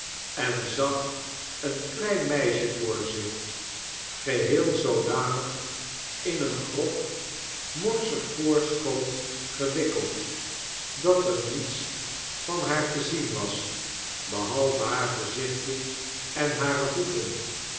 en zag een klein meisje voor zich geheel zoodanig in een grof morsig voorschoot gewikkeld dat er niets van haar te zien was behalve haar gezichtje en hare voeten